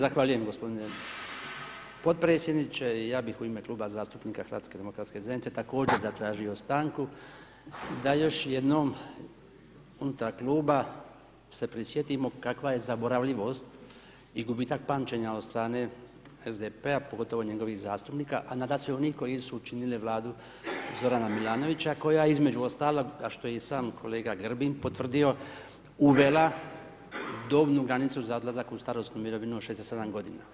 Zahvaljujem gospodine potpredsjedniče i ja bih u ime Kluba zastupnika HDZ-a također zatražio stanku da još jednom unutar kluba se prisjetimo kakva je zaboravljivost i gubitak pamćenja od strane SDP-a, pogotovo njegovih zastupnika a nadasve onih koji su činili Vladu Zorana Milanovića, koja između ostalog, a što je i sam kolega Grbin potvrdio uvela dobnu granicu za odlazak u starosnu mirovinu od 67 godina.